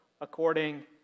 according